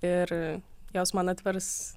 ir jos man atvers